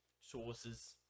Sources